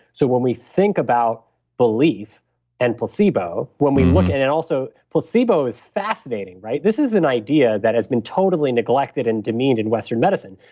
so when we think about belief and placebo, when we look at. and also placebo is fascinating, right? this is an idea that has been totally neglected and demeaned in western medicine.